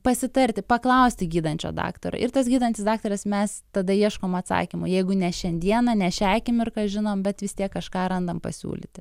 pasitarti paklausti gydančio daktaro ir tas gydantis daktaras mes tada ieškom atsakymo jeigu ne šiandieną ne šią akimirką žinom bet vis tiek kažką randam pasiūlyti